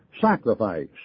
sacrifice